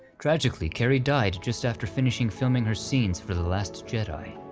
tragically carrie died just after finishing filming her scenes for the last jedi.